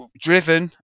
driven